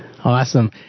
Awesome